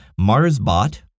MarsBot